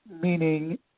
meaning